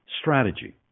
strategy